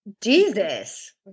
jesus